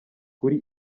kuri